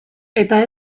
eta